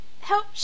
help